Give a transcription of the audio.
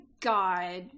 God